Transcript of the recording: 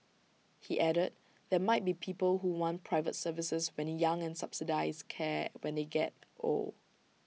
he added there might be people who want private services when young and subsidised care when they get old